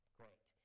great